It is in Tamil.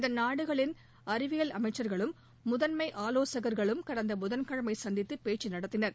இந்த நாடுகளின் அறிவியல் அமைச்ச்களும் முதன்மை ஆலோசகா்களும் கடந்த புதன்கிழமை சந்தித்து பேச்சு நடத்தினர்